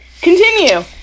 Continue